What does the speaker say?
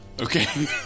Okay